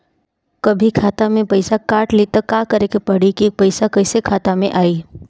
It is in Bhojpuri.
कभी खाता से पैसा काट लि त का करे के पड़ी कि पैसा कईसे खाता मे आई?